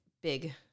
big